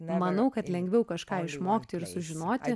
manau kad lengviau kažką išmokti ir sužinoti